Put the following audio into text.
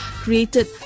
...created